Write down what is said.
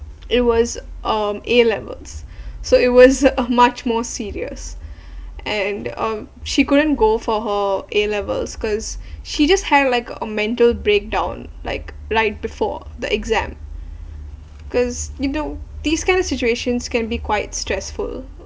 it was um A levels so it was a much more serious and um she couldn't go for her A levels cause she just had like a mental breakdown like like before the exam cause you know these kind of situations can be quite stressful